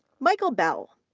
michael bell,